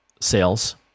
sales